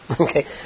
Okay